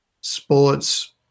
Sports